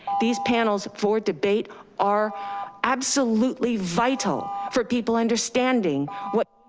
these panels for debate are absolutely vital for people understanding what